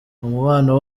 umubano